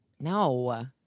No